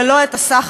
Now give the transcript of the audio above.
ולא את הסחר,